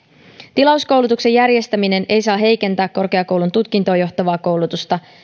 tilauskoulutuksen järjestäminen ei saa heikentää korkeakoulun tutkintoon johtavaa koulutusta